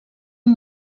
amb